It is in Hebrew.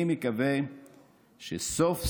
אני מקווה שסוף-סוף